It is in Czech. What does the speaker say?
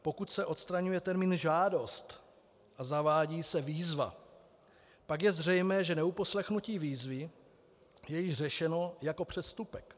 Pokud se odstraňuje termín žádost a zavádí se výzva, pak je zřejmé, že neuposlechnutí výzvy je již řešeno jako přestupek.